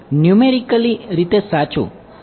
numerically રીતે સાચું